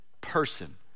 person